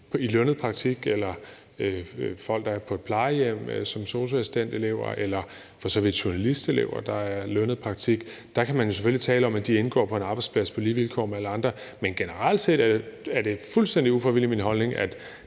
i lønnet praktik, eller folk, der er på et plejehjem som sosu-assistentelever, eller for så vidt journalistelever, der er i lønnet praktik. Der kan man jo selvfølgelig tale om, at de indgår på en arbejdsplads på lige vilkår med alle andre. Men generelt set er det fuldstændig ufravigeligt min holdning,